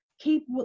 keep